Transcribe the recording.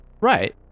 Right